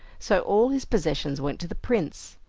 so all his possessions went to the prince.